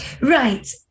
right